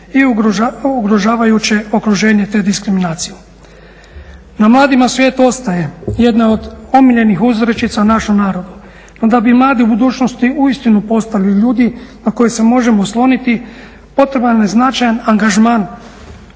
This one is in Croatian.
i ugrožavajuće okruženje te diskriminacije. Na mladima svijet ostaje, jedna je od omiljenih uzrečica u našem narodu, no da bi mladi u budućnosti uistinu postali ljudi na koje se možemo osloniti potreban je značajan angažman